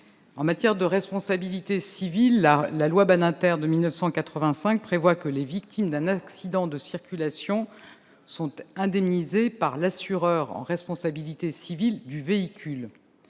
En matière de responsabilité civile, la loi Badinter de 1985 dispose que les victimes d'un accident de circulation sont indemnisées par l'assureur en responsabilité civile du véhicule.